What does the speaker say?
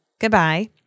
goodbye